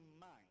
mind